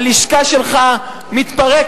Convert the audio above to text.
הלשכה שלך מתפרקת,